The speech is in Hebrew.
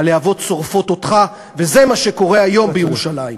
הלהבות שורפות אותך, וזה מה שקורה היום בירושלים.